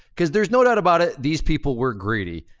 cause there's no doubt about it. these people were greedy.